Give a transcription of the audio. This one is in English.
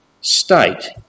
state